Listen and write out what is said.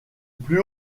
plus